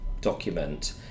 document